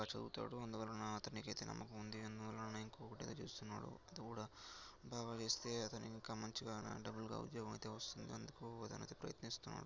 బాగా చదువుతాడు అందువలన అతనికయితే నమ్మకం ఉంది అందువలనే ఇంకోటి ఏదో చేస్తున్నాడు అదికూడా బాగా చేస్తే అతని ఇంక మంచిగా డబుల్గా ఉద్యోగం అయితే వస్తుంది అందుకు అతనయితే ప్రయత్నిస్తున్నాడు